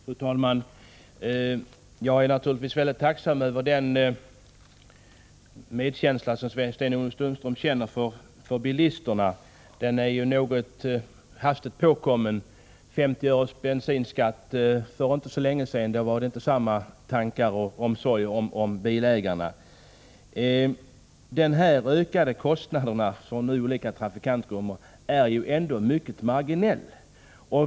Fru talman! Jag är naturligtvis mycket tacksam över den medkänsla som Sten-Ove Sundström hyser för bilisterna. Den är dock något hastigt påkommen. När bensinskatten för inte så länge sedan höjdes med 50 öre visades inte samma omsorg om bilägarna. De nu aktuella kostnadsökningarna för olika trafikantgrupper är ändå mycket marginella.